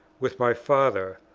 with my father,